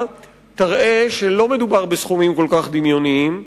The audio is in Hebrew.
תראה שלא מדובר בסכומים כל כך דמיוניים.